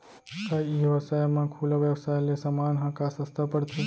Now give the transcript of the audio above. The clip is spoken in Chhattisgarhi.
का ई व्यवसाय म खुला व्यवसाय ले समान ह का सस्ता पढ़थे?